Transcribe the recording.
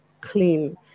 clean